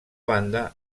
banda